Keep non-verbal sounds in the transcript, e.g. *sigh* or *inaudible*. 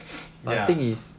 *noise* ya